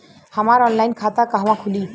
हमार ऑनलाइन खाता कहवा खुली?